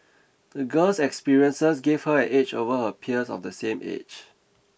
the girl's experiences gave her an edge over her peers of the same age